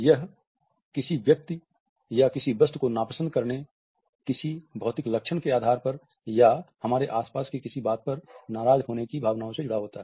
यह किसी व्यक्ति या किसी वस्तु को नापसंद करने किसी भौतिक लक्षण के आधार पर या हमारे आस पास किसी बात पर नाराज़ होने की भावनाओं से जुड़ा होता है